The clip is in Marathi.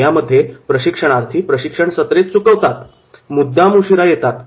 यामध्ये प्रशिक्षणार्थी प्रशिक्षण सत्रे चुकवतात मुद्दाम उशिरा येतात